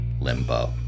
Limbo